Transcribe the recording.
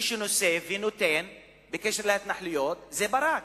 מי שנושא ונותן על ההתנחלויות זה ברק.